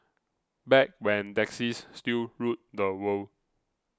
back when taxis still ruled the world